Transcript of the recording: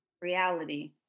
Reality